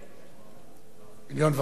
מיליון וחצי, 4.5 מיליארד.